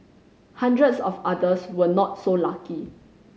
hundreds of others were not so lucky